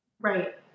right